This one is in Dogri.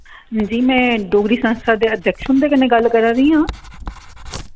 जी में डोगरी संस्था दे अध्यक्ष उंदे कन्नै गल्ल करा दी आं